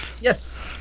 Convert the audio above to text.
Yes